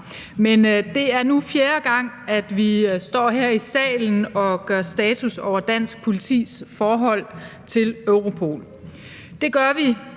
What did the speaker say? mig. Det er nu fjerde gang, vi står her i salen og gør status over dansk politis forhold til Europol. Det gør vi,